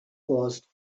posed